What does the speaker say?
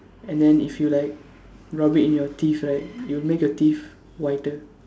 and then if you like rub it in your teeth right it'll make your teeth whiter